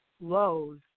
lows